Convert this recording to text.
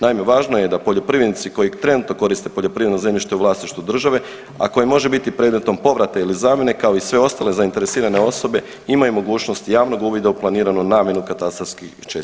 Naime, važno je da poljoprivrednici koji trenutno koriste poljoprivredno zemljište u vlasništvu države, a koji može biti predmetom povrata ili zamjene, kao i sve ostale zainteresirane osobe, imaju mogućnost javnog uvida u planiranu namjenu katastarskih čestica.